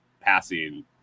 passing